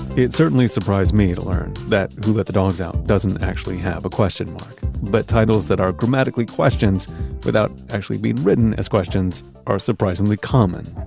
it certainly surprised me to learn that who let the dogs out doesn't actually have a question mark, but titles that are grammatically questions without actually being written as questions are surprisingly common.